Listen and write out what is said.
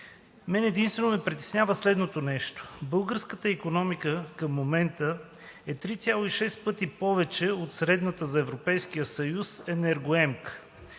Мен единствено ме притеснява следното нещо: българската икономика към момента е 3,6 пъти повече енергоемка от средната за Европейския съюз.